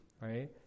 right